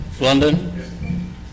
London